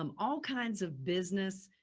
um all kinds of business,